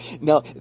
now